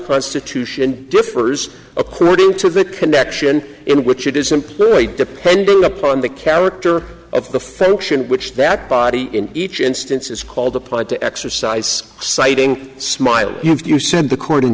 constitution differs according to the connection in which it is employed depending upon the character of the folks in which that body in each instance is called applied to exercise citing smiled you said the court